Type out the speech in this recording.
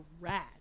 rad